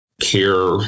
care